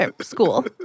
school